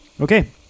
Okay